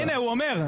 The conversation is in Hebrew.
הינה, הוא אומר.